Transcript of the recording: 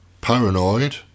paranoid